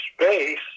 space